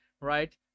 right